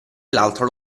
l’altro